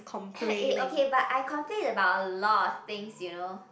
eh okay but I complain about a lot of things you know